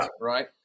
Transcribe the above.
right